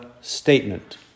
statement